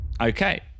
okay